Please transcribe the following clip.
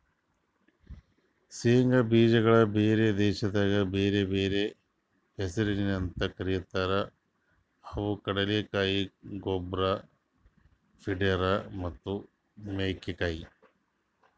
ಶೇಂಗಾ ಬೀಜಗೊಳ್ ಬ್ಯಾರೆ ದೇಶದಾಗ್ ಬ್ಯಾರೆ ಬ್ಯಾರೆ ಹೆಸರ್ಲಿಂತ್ ಕರಿತಾರ್ ಅವು ಕಡಲೆಕಾಯಿ, ಗೊಬ್ರ, ಪಿಂಡಾರ್ ಮತ್ತ ಮಂಕಿಕಾಯಿ